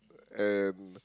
and